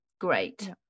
Great